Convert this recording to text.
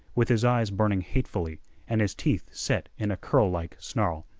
with his eyes burning hatefully and his teeth set in a curlike snarl.